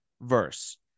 verse